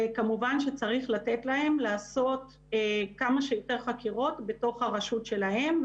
וכמובן שצריך לתת להם לעשות כמה שיותר חקירות בתוך הרשות שלהם.